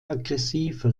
aggressive